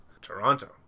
Toronto